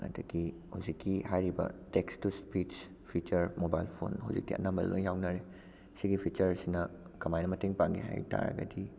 ꯑꯗꯒꯤ ꯍꯧꯖꯤꯛꯀꯤ ꯍꯥꯏꯔꯤꯕ text to speech feature mobile phone ꯍꯧꯖꯤꯛꯇꯤ ꯑꯅꯝꯕ ꯂꯣꯏ ꯌꯥꯎꯅꯔꯦ ꯁꯤꯒꯤ ꯐꯤꯆꯔ ꯑꯁꯤꯅ ꯀꯃꯥꯏꯅ ꯃꯇꯦꯡ ꯄꯥꯡꯒꯦ ꯍꯥꯏ ꯇꯥꯔꯒꯗꯤ